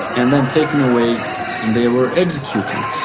and then taken away and they were executed.